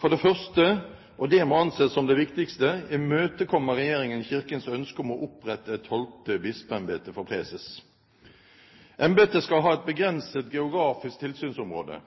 For det første – og det må anses som det viktigste – imøtekommer regjeringen Kirkens ønske om å opprette et tolvte bispeembete for preses. Embetet skal ha et begrenset geografisk tilsynsområde.